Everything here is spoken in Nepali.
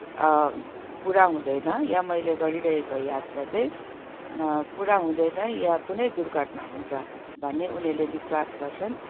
पुरा हुँदैन या मैले गरिरहेको यात्रा चाहिँ पुरा हुँदैन या कुनै दुर्घटना हुन्छ भन्ने उनीहरूले विश्वास गर्छन्